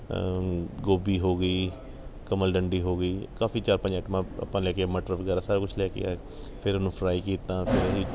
ਗੋਭੀ ਹੋ ਗਈ ਕਮਲ ਡੰਡੀ ਹੋ ਗਈ ਕਾਫ਼ੀ ਚਾਰ ਪੰਜ ਐਟਮਾਂ ਆਪਾਂ ਲੈ ਕੇ ਮਟਰ ਵਗੈਰਾ ਸਾਰਾ ਕੁਝ ਲੈ ਕੇ ਆਏ ਫਿਰ ਉਹਨੂੰ ਫਰਾਈ ਕੀਤਾ ਅਸੀਂ